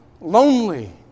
lonely